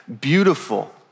beautiful